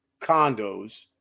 condos